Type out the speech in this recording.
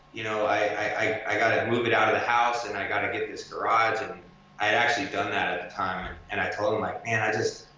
you know i i gotta move it out of the house and i gotta get this garage. and i had actually done that at the time and i told him like, man, i just,